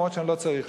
למרות שאני לא צריך,